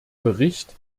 bericht